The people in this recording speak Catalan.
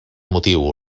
motiu